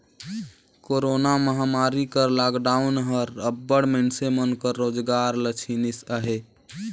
corona महमारी कर lockdown हर अब्बड़ मइनसे मन कर रोजगार ल छीनिस अहे